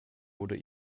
wurde